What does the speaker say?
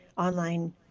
online